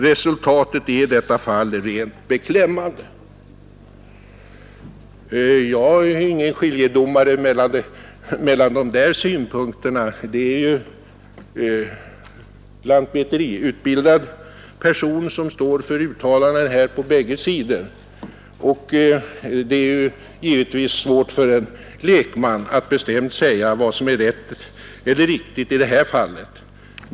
Resultatet är i detta fall rent beklämmande.” Jag vill inte utnämna mig till skiljedomare mellan dem; båda är ju lantmäteriutbildade, och det är givetvis svårt för en lekman att avgöra vad som är riktigt i detta fall.